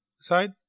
side